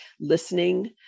listening